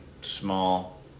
small